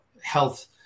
health